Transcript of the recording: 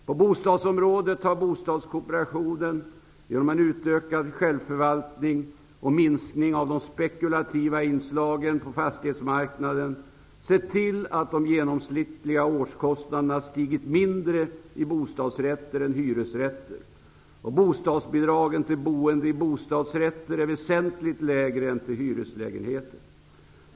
På bostadsområdet har bostadskooperationen genom en utökad självförvaltning och minskning av de spekulativa inslagen på fastighetsmarknaden sett till att de genomsnittliga årskostnaderna stigit mindre i bostadsrätter än i hyresrätter. Bostadsbidragen till boende i bostadsrätter är väsentligt lägre än till boende i hyreslägenheter.